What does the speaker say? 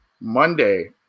Monday